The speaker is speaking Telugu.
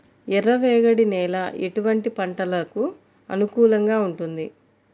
ఎర్ర రేగడి నేల ఎటువంటి పంటలకు అనుకూలంగా ఉంటుంది?